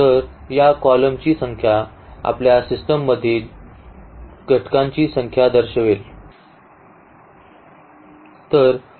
तर या मधील column ची संख्या आपल्या सिस्टममधील घटकांची संख्या दर्शवेल